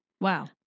Wow